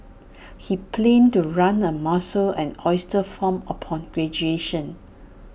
he planned to run A mussel and oyster farm upon graduation